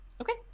Okay